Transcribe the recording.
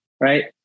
right